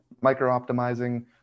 micro-optimizing